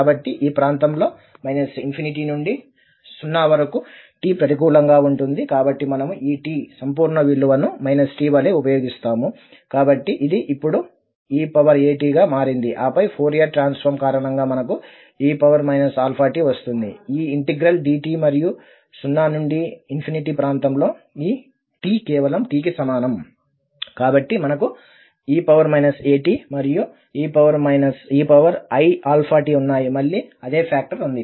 కాబట్టి ఈ ప్రాంతంలో ∞ నుండి 0 వరకు t ప్రతికూలంగా ఉంటుంది కాబట్టి మనము ఈ t సంపూర్ణ విలువను t వలె ఉపయోగిస్తాము కాబట్టి ఇది ఇప్పుడు eat గా మారింది ఆపై ఫోరియర్ ట్రాన్సఫార్మ్ కారణంగా మనకు eiαt వస్తుంది ఈ ఇంటిగ్రల్ dt మరియు 0 నుండి ప్రాంతంలో ఈ t కేవలం t కి సమానం కాబట్టి మనకుe at మరియుeiαt ఉన్నాయి మళ్లీ అదే ఫాక్టర్ ఉంది